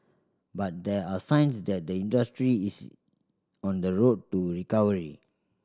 but there are signs that the industry is on the road to recovery